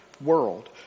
world